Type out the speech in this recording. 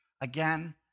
again